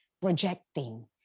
Projecting